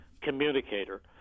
communicator